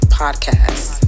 podcast